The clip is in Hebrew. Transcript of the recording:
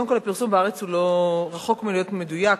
קודם כול, הפרסום ב"הארץ" רחוק מלהיות מדויק.